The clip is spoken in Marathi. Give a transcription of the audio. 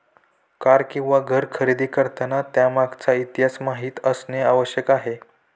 कार किंवा घर खरेदी करताना त्यामागचा इतिहास माहित असणे आवश्यक आहे